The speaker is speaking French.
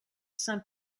saint